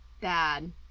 bad